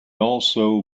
also